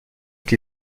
vite